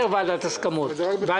אין יותר ועדת הסכמות.